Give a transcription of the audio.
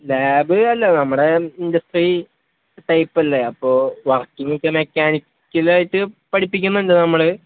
lab അല്ല നമ്മുടെ industry ടൈപ്പല്ലേ അപ്പോൾ വർക്കിങ്ങൊക്കെ മെക്കാനിക്കലായിട്ട് പഠിപ്പിക്കുന്നുണ്ട് നമ്മൾ